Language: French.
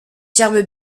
germent